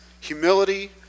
humility